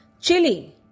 Chili